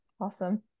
awesome